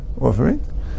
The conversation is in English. offering